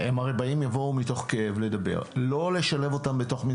שיבואו לדבר מתוך כאב.